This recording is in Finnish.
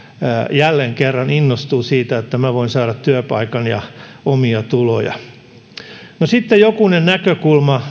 jälleen kerran innostuvat siitä että voi saada työpaikan ja omia tuloja sitten jokunen näkökulma